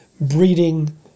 breeding